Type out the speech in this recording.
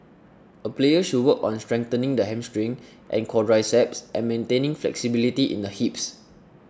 a player should work on strengthening the hamstring and quadriceps and maintaining flexibility in the hips